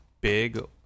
big